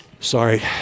Sorry